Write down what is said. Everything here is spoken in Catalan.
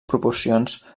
proporcions